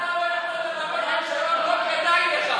אתה לא יכול לדבר על טרור, לא כדאי לך.